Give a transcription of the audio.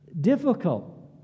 difficult